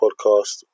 podcast